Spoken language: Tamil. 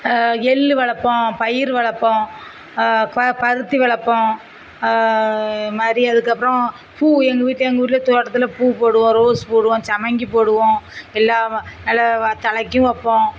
எள் வளர்ப்போம் பயறு வளர்ப்போம் கொ பருத்தி வளர்ப்போம் மாதிரி அதுக்கப்புறோம் பூ எங்கள் வீட்டில் எங்கள் வீட்டில் தோட்டத்தில் பூ போடுவோம் ரோஸ் போடுவோம் சம்மங்கி போடுவோம் எல்லாம் வ நல்ல வ தலைக்கும் வைப்போம்